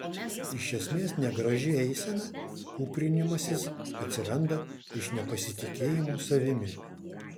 iš esmės negraži eisena kūprinimasis atsiranda iš nepasitikėjimo savimi